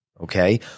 okay